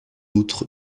outre